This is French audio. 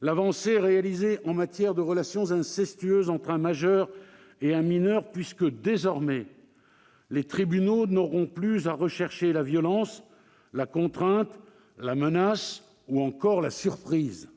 l'avancée réalisée en matière de relations incestueuses entre un majeur et un mineur puisque, désormais, les tribunaux n'auront plus à rechercher la violence, la contrainte, la menace ou encore la surprise.